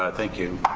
ah thank you,